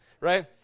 Right